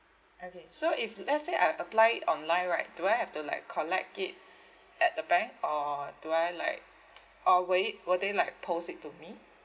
okay so if let's say I apply it online right do I have to like collect it at the bank or do I like or will it will they like post it to me